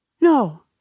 No